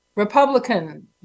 Republican